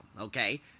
okay